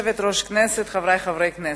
היושבת-ראש, חברי חברי הכנסת,